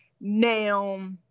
Now